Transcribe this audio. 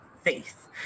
faith